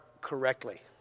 correctly